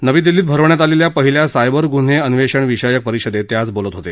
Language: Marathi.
नवी दिल्लीत भरवण्यात आलेल्या पहिल्या सायबर ग्न्हे अन्वेषण विषयक परिषदेत ते आज बोलत होते